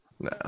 No